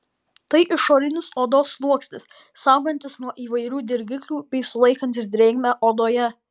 tai išorinis odos sluoksnis saugantis nuo įvairių dirgiklių bei sulaikantis drėgmę odoje